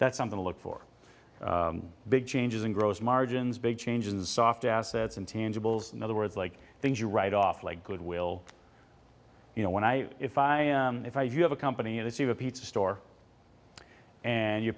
that's something to look for big changes in gross margins big changes soft assets intangibles in other words like things you write off like goodwill you know when i if i if i if you have a company in the c of a pizza store and your